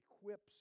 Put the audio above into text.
equips